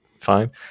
fine